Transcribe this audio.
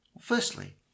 Firstly